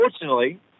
unfortunately